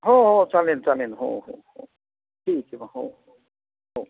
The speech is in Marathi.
हो हो चालेल चालेल हो हो हो ठीक आहे मग हो हो हो